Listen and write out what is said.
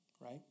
right